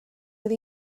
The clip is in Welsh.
oedd